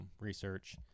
research